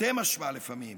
תרתי משמע לפעמים,